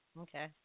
Okay